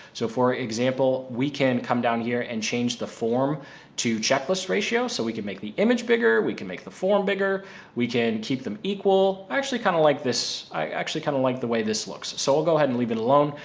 so for example, we can come down here and change the form to checklist ratio so we can make the image bigger, we can make the form bigger we can keep them equal. i actually kinda like this. i actually kinda liked the way this looks. so we'll go ahead and leave it alone.